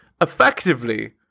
Effectively